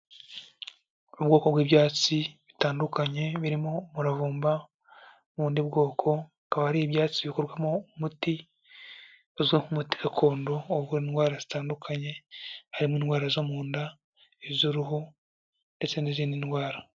Abwoko bw'ibyatsi bitandukanye birimo umuravumba n'ubundi bwoko, ukaba ari ibyatsi bikorwamo umuti uzwi nk'umuti gakondo, uvura indwara zitandukanye harimo indwara zo mu nda, iz'uruhu ndetse n'izindi ndwara.